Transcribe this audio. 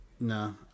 no